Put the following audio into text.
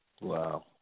Wow